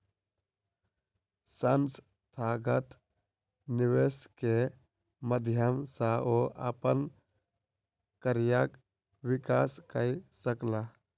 संस्थागत निवेश के माध्यम सॅ ओ अपन कार्यक विकास कय सकला